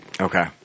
Okay